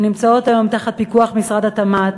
שנמצאות היום תחת פיקוח משרד התמ"ת,